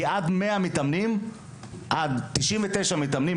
כי עד 99 מתאמנים,